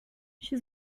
she